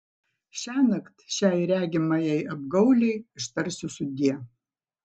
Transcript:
šiąnakt šiai regimajai apgaulei ištarsiu sudie